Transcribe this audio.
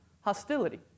hostility